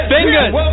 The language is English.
Fingers